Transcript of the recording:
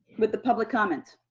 with the public comments.